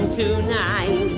tonight